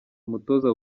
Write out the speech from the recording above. umutoza